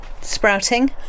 Sprouting